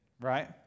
Right